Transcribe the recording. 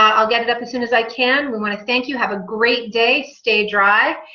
um i'll get it up as soon as i can. we want to thank you. have a great day. stay dry.